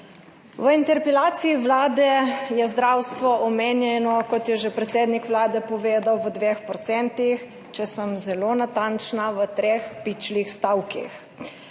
V interpelaciji vlade je zdravstvo omenjeno, kot je že predsednik Vlade povedal, v 2 %, če sem zelo natančna, v treh pičlih stavkih.